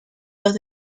los